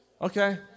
Okay